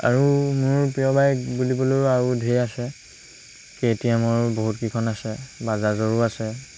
আৰু মোৰ প্ৰিয় বাইক বুলিবলৈও আৰু ঢেৰ আছে কে টি এম ৰ বহুত কেইখন আছে বাজাজৰো আছে